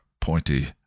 pointy